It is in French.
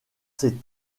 ses